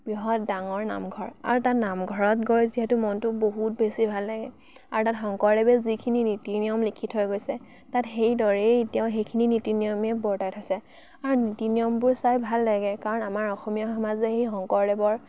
বৃহৎ ডাঙৰ নামঘৰ আৰু তাৰ নামঘৰত গৈ যিহেতু মনটো বহুত বেছি ভাল লাগে আৰু তাত শংকৰদেৱে যিখিনি নীতি নিয়ম লিখি থৈ গৈছে তাত সেইদৰেই এতিয়াও সেইখিনি নীতি নিয়মেই বৰ্তাই থৈছে আৰু নীতি নিয়মবোৰ চাই ভাল লাগে কাৰণ আমাৰ অসমীয়া সমাজে সেই শংকৰদেৱৰ